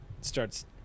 Starts